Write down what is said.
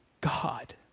God